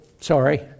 sorry